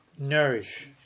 Nourish